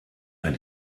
ein